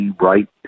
right